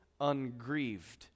ungrieved